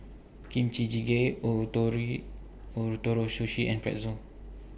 Kimchi Jjigae Ootoro Sushi and Pretzel